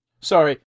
Sorry